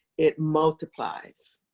it multiplies.